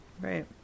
Right